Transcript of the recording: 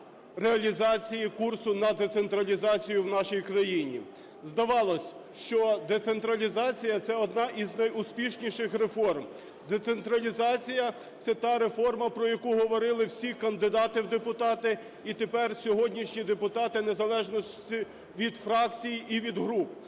реалізації курсу на децентралізацію в нашій країні. Здавалось, що децентралізація – це одна із найуспішніших реформ. Децентралізація – це та реформа, про яку говорили всі кандидати в депутати і тепер сьогоднішні депутати в незалежності від фракцій і від груп.